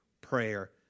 prayer